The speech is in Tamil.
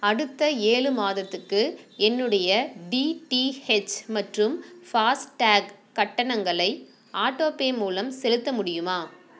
அடுத்த ஏழு மாதத்துக்கு என்னுடைய டிடிஹெச் மற்றும் ஃபாஸ்டாக் கட்டணங்களை ஆட்டோபே மூலம் செலுத்த முடியுமா